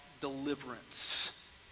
deliverance